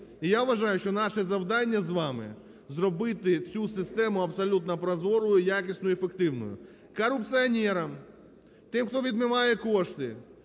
І я вважаю, що наше завдання з вами – зробити цю систему абсолютно прозорою, якісною і ефективною. Корупціонерам, тим, хто відмиває кошти,